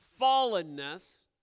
fallenness